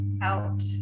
out